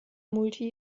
multi